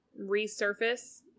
resurface